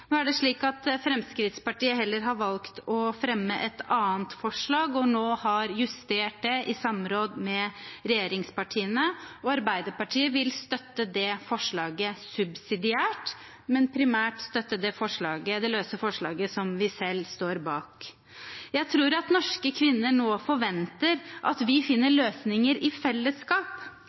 og nå har justert det i samråd med regjeringspartiene. Arbeiderpartiet vil støtte det forslaget subsidiært, men primært stemme for det løse forslaget som vi selv står bak. Jeg tror at norske kvinner nå forventer at vi finner løsninger i fellesskap,